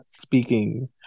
speaking